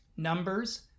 Numbers